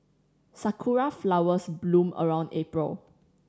sakura flowers bloom around April